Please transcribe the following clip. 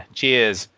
Cheers